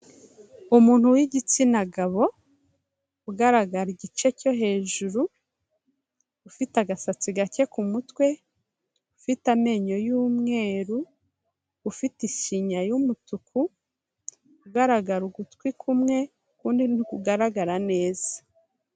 Umuntu w'igitsina gabo, ugaragara igice cyo hejuru, ufite agasatsi gake ku mutwe, ufite amenyo y'umweru, ufite ishinya y'umutuku, ugaragara ugutwi kumwe, ukundi ntikugaragara neza.